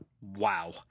Wow